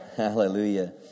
Hallelujah